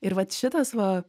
ir vat šitas va